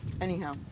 anyhow